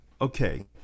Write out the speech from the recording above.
Okay